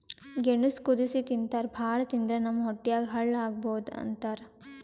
ಗೆಣಸ್ ಕುದಸಿ ತಿಂತಾರ್ ಭಾಳ್ ತಿಂದ್ರ್ ನಮ್ ಹೊಟ್ಯಾಗ್ ಹಳ್ಳಾ ಆಗಬಹುದ್ ಅಂತಾರ್